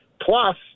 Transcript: Plus